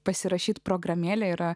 pasirašyti programėlė yra